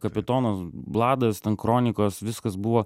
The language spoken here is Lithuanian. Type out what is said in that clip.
kapitonas bladas ten kronikos viskas buvo